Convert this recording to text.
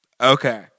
Okay